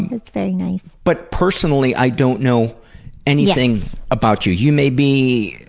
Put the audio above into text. that's very nice. but personally, i don't know anything about you. you may be,